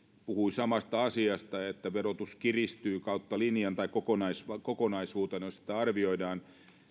puhui samasta asiasta että verotus kiristyy kautta linjan tai kokonaisuutena jos sitä arvioidaan